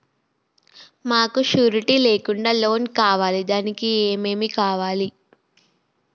మాకు షూరిటీ లేకుండా లోన్ కావాలి దానికి ఏమేమి కావాలి?